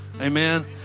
Amen